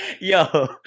Yo